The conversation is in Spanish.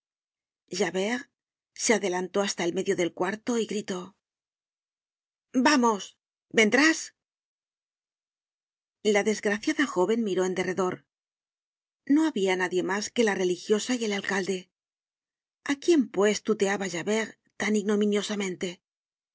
temer javert se adelantó hasta el medio del cuarto y gritó vamos vendrás la desgraciada jóven miró en derredor n t o habia nadie mas que la religiosa y el alcalde a quién pues tuteaba javert tan ignominiosamente a